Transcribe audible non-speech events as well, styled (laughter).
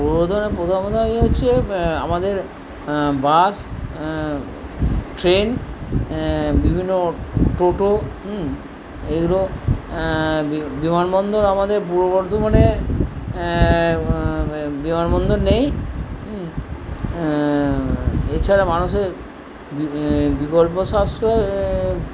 পূর্ব বর্ধমানের (unintelligible) হচ্ছে আমাদের বাস ট্রেন বিভিন্ন টোটো এইগুলো বিমানবন্দর আমাদের পূর্ব বর্ধমানে বিমানবন্দর নেই এছাড়া মানুষের বিকল্প সাশ্রয়